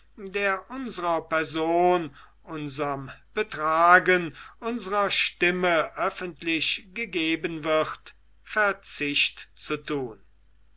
der unsrer person unserm betragen unsrer stimme öffentlich gegeben wird verzicht zu tun